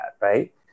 right